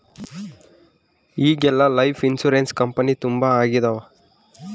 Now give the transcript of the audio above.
ಈಗೆಲ್ಲಾ life insurance company ತುಂಬಾ ಆಗಿದವ